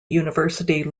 university